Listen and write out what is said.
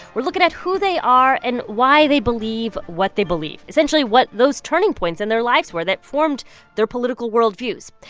we're looking at who they are and why they believe what they believe essentially, what those turning points in their lives were that formed their political worldviews.